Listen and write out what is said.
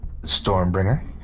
Stormbringer